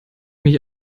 mich